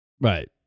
right